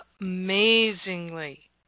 Amazingly